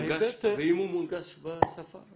ואם הוא מונגש בשפה.